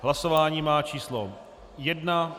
Hlasování má číslo 1.